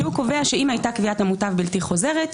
שהוא קובע ש"אם היתה קביעת המוטב בלתי חוזרת,